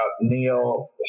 Neil